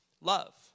love